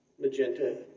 magenta